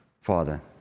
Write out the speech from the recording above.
Father